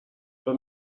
but